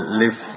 live